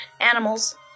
animals